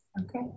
Okay